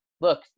look